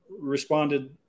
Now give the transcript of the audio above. responded